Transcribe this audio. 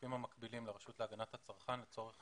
לגופים המקבילים לרשות להגנת הצרכן לצורך